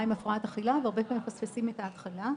עם הפרעת אכילה ומפספסים את ההתחלה.